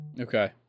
Okay